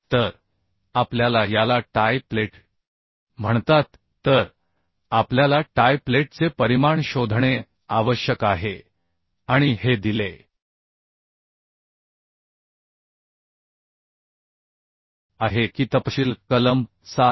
तर आपल्याला याला टाय प्लेट म्हणतात तर आपल्याला टाय प्लेटचे परिमाण शोधणे आवश्यक आहे आणि हे दिले आहे की तपशील कलम 7